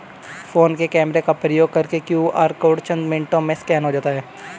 phone के camera का प्रयोग करके क्यू.आर कोड चंद मिनटों में स्कैन हो जाता है